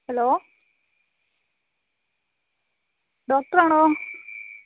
hello ഡോക്ടറാണോ